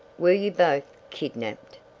were you both kidnapped?